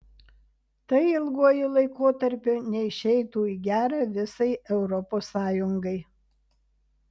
tai ilguoju laikotarpiu neišeitų į gera visai europos sąjungai